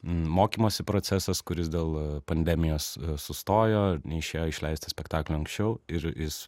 mokymosi procesas kuris dėl pandemijos sustojo neišėjo išleisti spektaklio anksčiau ir jis